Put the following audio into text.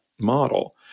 model